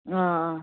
آ آ